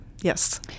Yes